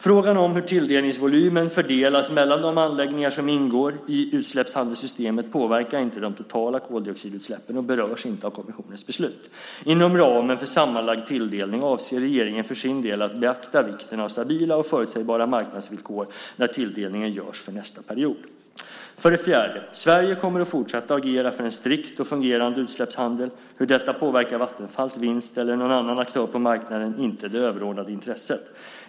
Frågan om hur tilldelningsvolymen fördelas mellan de anläggningar som ingår i utsläppshandelssystemet påverkar inte de totala koldioxidutsläppen och berörs inte i kommissionens beslut. Inom ramen för sammanlagd tilldelning avser regeringen för sin del att beakta vikten av stabila och förutsägbara marknadsvillkor när tilldelningen görs för nästa period. 4. Sverige kommer att fortsätta att agera för en strikt och fungerande utsläppshandel. Hur detta påverkar Vattenfalls vinst eller någon annan aktör på marknaden är inte det överordnande intresset.